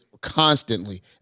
constantly